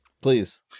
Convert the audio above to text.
Please